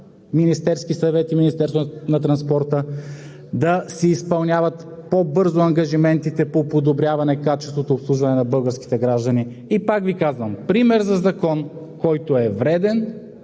Министерския съвет и Министерството на транспорта да си изпълняват по-бързо ангажиментите по подобряване качественото обслужване на българските граждани. И пак Ви казвам: пример за закон, който е вреден